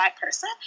person